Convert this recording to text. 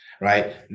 right